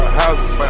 houses